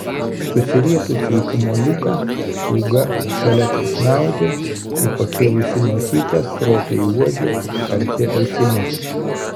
susirietusi į kamuoliuką pūga šalia tai snaudė tai pakėlusi nosytę stropiai uodė karpė ausimis